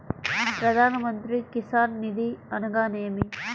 ప్రధాన మంత్రి కిసాన్ నిధి అనగా నేమి?